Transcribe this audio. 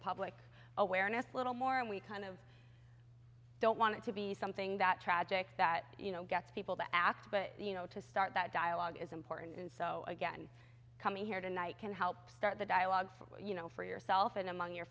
public awareness a little more and we kind of i don't want it to be something that tragic that you know gets people to act but you know to start that dialogue is important and so again coming here tonight can help start the dialogue for you know for yourself and among your